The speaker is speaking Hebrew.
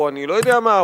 או אני לא יודע מה,